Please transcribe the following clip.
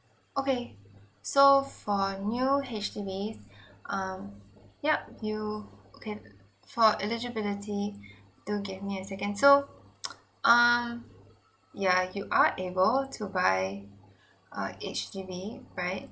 okay so for new H_D_Bs um yup you can for eligibility do give me a second so um ya you are able to buy a H_D_B right